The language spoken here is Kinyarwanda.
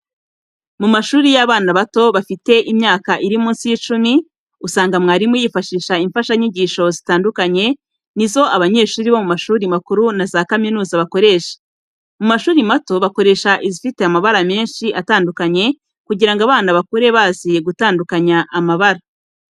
Mu mashuri y'abana bato bafite imyaka iri munsi y'icumi, usanga mwarimu yifashisha imfashanyigisho zitandukanye ni zo abanyeshuri bo mu mashuri makuru na za kaminuza bakoresha. Mu mashuri mato bakoresha izifite amabara menshi atandukanye kugira ngo abana bakure bazi gutandukanya amabara.